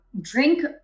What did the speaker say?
drink